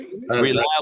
Reliable